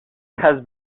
has